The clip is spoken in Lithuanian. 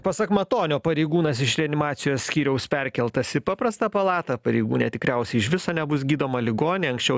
pasak matonio pareigūnas iš reanimacijos skyriaus perkeltas į paprastą palatą pareigūnė tikriausiai iš viso nebus gydoma ligoninėje anksčiau